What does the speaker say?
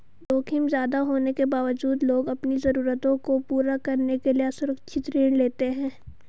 जोखिम ज्यादा होने के बावजूद लोग अपनी जरूरतों को पूरा करने के लिए असुरक्षित ऋण लेते हैं